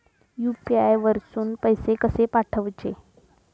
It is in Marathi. यू.पी.आय वरसून पैसे कसे पाठवचे?